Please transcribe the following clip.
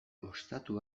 ostatu